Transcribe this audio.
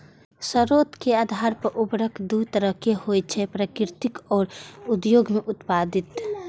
स्रोत के आधार पर उर्वरक दू तरहक होइ छै, प्राकृतिक आ उद्योग मे उत्पादित